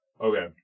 Okay